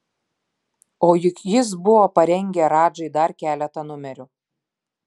o juk jis buvo parengę radžai dar keletą numerių